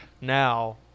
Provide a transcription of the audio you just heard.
Now